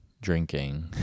drinking